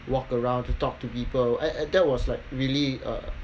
walk around to talk to people and and that was like really uh